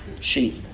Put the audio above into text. sheep